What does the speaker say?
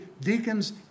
deacons